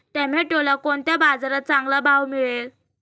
टोमॅटोला कोणत्या बाजारात चांगला भाव मिळेल?